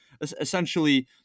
essentially